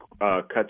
cut